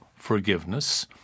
forgiveness